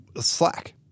Slack